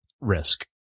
risk